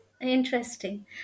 Interesting